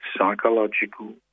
psychological